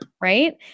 Right